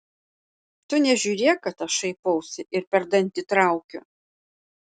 tu nežiūrėk kad aš šaipausi ir per dantį traukiu